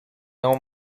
own